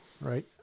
right